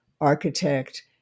architect